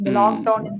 lockdown